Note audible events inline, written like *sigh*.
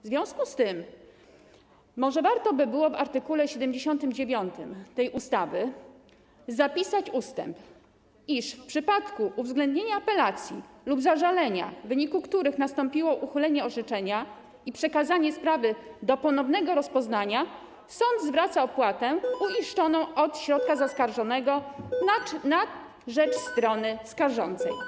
W związku z tym może warto by było w art. 79 tej ustawy zapisać, że w przypadku uwzględnienia apelacji lub zażalenia, w wyniku których nastąpiło uchylenie orzeczenia i przekazanie sprawy do ponownego rozpoznania, sąd zwraca opłatę *noise* uiszczoną przez środek zaskarżony na rzecz strony skarżącej.